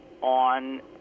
on